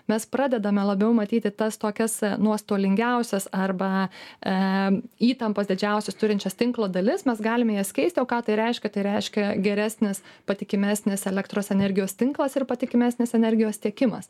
mes pradedame labiau matyti tas tokias nuostolingiausias arba eee įtampas didžiausias turinčias tinklo dalis mes galime jas keisti o ką tai reiškia tai reiškia geresnis patikimesnis elektros energijos tinklas ir patikimesnis energijos tiekimas